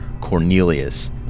Cornelius